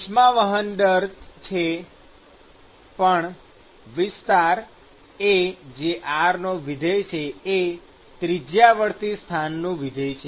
ઉષ્મા વહન દર છે પણ વિસ્તાર A એ ત્રિજ્યાવર્તી સ્થાનનું વિધેય છે